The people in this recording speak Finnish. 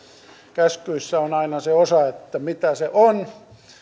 käskyissä on aina se osa että mitä se on